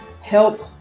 help